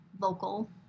vocal